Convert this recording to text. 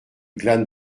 glanes